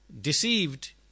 deceived